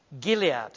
Gilead